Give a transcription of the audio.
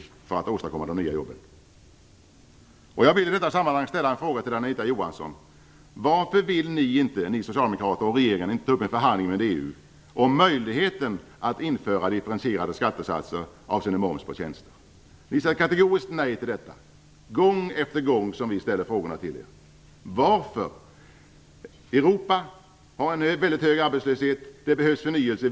Detta behövs för att åstadkomma de nya jobben. Anita Johansson. Varför vill inte ni socialdemokrater och regeringen ta upp en förhandling med EU om möjligheten att införa differentierade skattesatser avseende moms på tjänster? Ni säger kategoriskt nej till detta varje gång som vi ställer frågorna till er. Varför? Europa har en mycket hög arbetslöshet. Det behövs förnyelse.